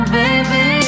baby